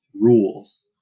rules